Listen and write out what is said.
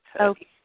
okay